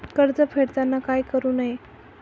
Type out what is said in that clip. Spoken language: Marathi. कर्ज फेडताना काय करु नये?